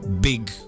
big